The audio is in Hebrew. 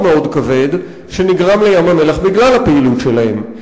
מאוד כבד שנגרם לים-המלח בגלל הפעילות שלהם.